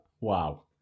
Wow